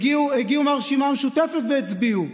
הגיעו מהרשימה המשותפת והצביעו.